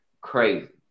crazy